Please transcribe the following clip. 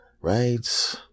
right